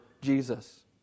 Jesus